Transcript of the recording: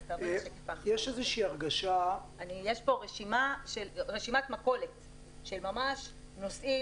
יש פה ממש רשימת מכולת של נושאים,